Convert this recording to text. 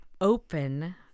open